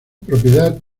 propiedad